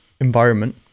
environment